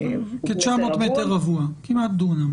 כ-900 מטר רבוע, כמעט דונם.